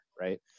right